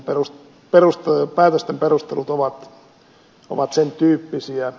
välillä ne päätösten perustelut ovat sen tyyppisiä